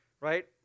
right